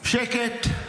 שקט.